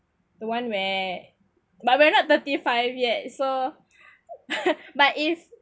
the one where but we're not thirty five yet so but if